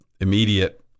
immediate